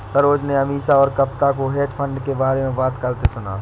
सरोज ने अमीषा और कविता को हेज फंड के बारे में बात करते सुना